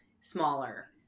smaller